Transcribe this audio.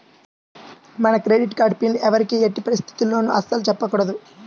మన credit card PIN ఎవ్వరికీ ఎట్టి పరిస్థితుల్లోనూ అస్సలు చెప్పకూడదు